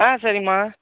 ஆ சரிமா